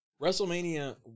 WrestleMania